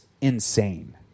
insane